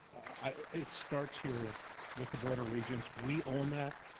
it starts here with the board of regents. we own that,